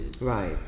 right